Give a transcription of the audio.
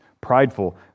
prideful